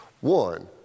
One